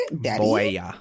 daddy